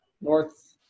North